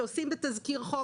כפי שעושים בתזכיר חוק,